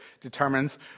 Determines